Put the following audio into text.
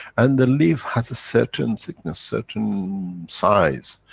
and the leaf has a certain thickness, certain size.